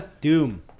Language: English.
Doom